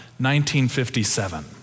1957